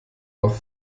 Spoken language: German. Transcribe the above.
noch